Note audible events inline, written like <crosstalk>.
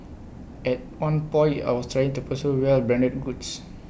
<noise> at one point I was trying to pursue wealth branded goods